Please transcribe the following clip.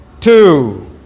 Two